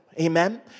Amen